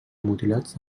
mutilats